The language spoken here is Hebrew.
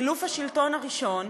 חילוף השלטון הראשון.